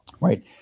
Right